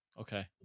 Okay